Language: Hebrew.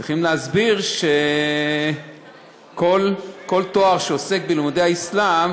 צריך להסביר שכל תואר שעוסק בלימודי האסלאם,